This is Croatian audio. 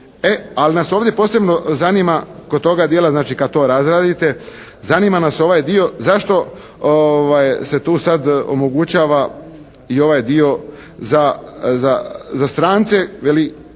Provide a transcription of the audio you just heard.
ali nam ovdje posebno zanima kod toga dijela znači, kada to razradite, zanima nas ovaj dio, zašto se tu sada omogućava i ovaj dio za strance? Veli,